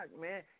man